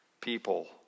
people